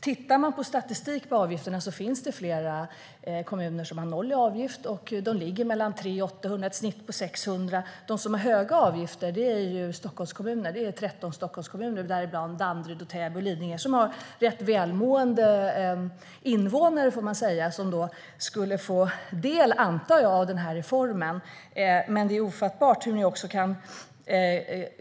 Tittar man på statistik på avgifterna ser man att det finns flera kommuner som har noll i avgift. Avgifterna ligger mellan 300 och 800 kronor med ett snitt på 600 kronor. De som har höga avgifter är Stockholmskommuner. Det är 13 Stockholmskommuner, däribland Danderyd, Täby och Lidingö. De har rätt välmående invånare, får man väl säga, som jag antar skulle få del av den här reformen.